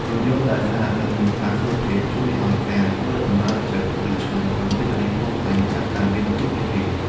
រថយន្តដែលស្អាត និងមានផាសុកភាពជួយឱ្យការធ្វើដំណើរជិត ឬឆ្ងាយក្នុងរាជធានីភ្នំពេញកាន់តែមានភាពរីករាយ។